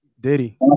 Diddy